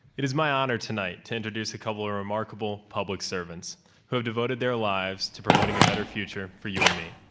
it is my honor tonight to introduce a couple of remarkable public servants who have devoted their lives to promoting a better future for you and me.